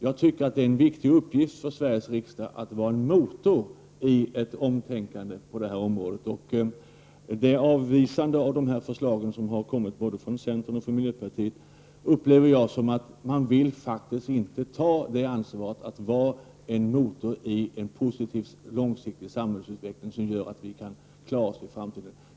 Jag tycker att det är en viktig uppgift för Sveriges riksdag att vara en motor i ett omtänkande på detta område. Avvisandet av de förslag som har lagts fram av både centerpartiet och miljöpartiet upplever jag som att man faktiskt inte vill ta ansvaret att vara en motor i en positiv, långsiktig samhällsutveckling som gör att vi kan klara oss i framtiden.